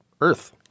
Earth